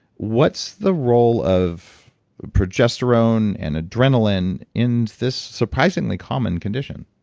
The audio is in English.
what's the role of progesterone and adrenaline in this surprisingly common condition?